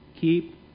Keep